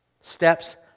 Steps